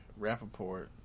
Rappaport